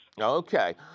Okay